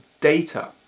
data